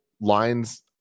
lines